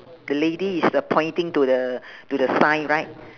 the lady is uh pointing to the to the sign right